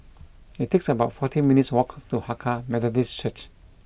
it's about forty minutes' walk to Hakka Methodist Church